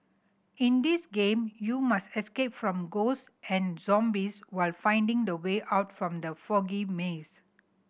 in this game you must escape from ghosts and zombies while finding the way out from the foggy maze